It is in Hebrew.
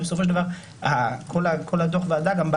בסופו של דבר כל דוח הוועדה גם בא